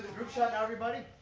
group shot now everybody?